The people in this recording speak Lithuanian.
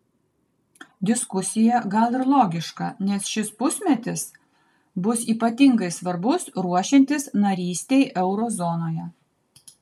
diskusija gal ir logiška nes šis pusmetis bus ypatingai svarbus ruošiantis narystei euro zonoje